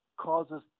causes